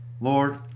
Lord